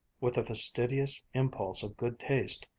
with a fastidious impulse of good taste,